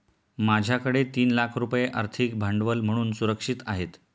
माझ्याकडे तीन लाख रुपये आर्थिक भांडवल म्हणून सुरक्षित आहेत